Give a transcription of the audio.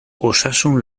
osasun